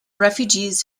refugees